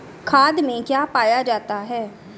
खाद में क्या पाया जाता है?